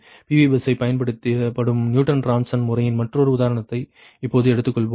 PV பஸ்ஸைப் பயன்படுத்தும் Newton Raphson முறையின் மற்றொரு உதாரணத்தை இப்போது எடுத்துக்கொள்வோம்